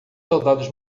soldados